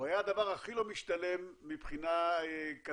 הוא היה הדבר הכי לא משתלם מבחינה כלכלית,